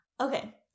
okay